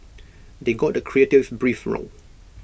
they got the creative brief wrong